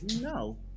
No